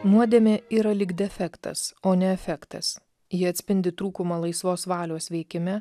nuodėmė yra lyg defektas o ne efektas ji atspindi trūkumą laisvos valios veikime